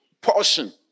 portion